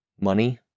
money